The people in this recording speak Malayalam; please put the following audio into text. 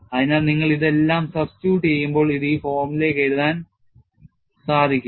അതിനാൽ നിങ്ങൾ ഇതെല്ലാം സബ്സ്റ്റിട്യൂട് ചെയ്യുമ്പോൾ ഇത് ഈ ഫോമിലേക്ക് എഴുതാൻ സാധിക്കും